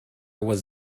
was